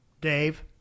Dave